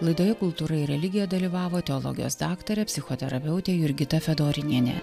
laidoje kultūra ir religija dalyvavo teologijos daktarė psichoterapeutė jurgita fedorinienė